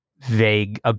vague